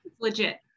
legit